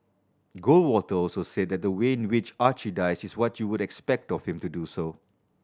goldwater also said that the way in which Archie dies is what you would expect of him to do so